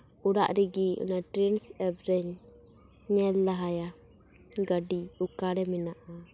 ᱚᱲᱟᱜ ᱨᱮᱜᱤ ᱚᱱᱟ ᱴᱨᱮᱱᱥ ᱮᱯ ᱨᱮᱧ ᱧᱮᱞ ᱞᱟᱦᱟᱭᱟ ᱜᱟᱹᱰᱤ ᱚᱠᱟᱨᱮ ᱢᱮᱱᱟᱜᱼᱟ